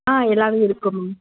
ஆ எல்லாமே இருக்கும் மேம்